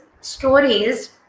stories